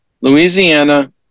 Louisiana